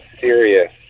serious